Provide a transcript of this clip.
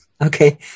Okay